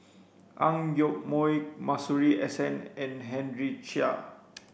Ang Yoke Mooi Masuri S N and Henry Chia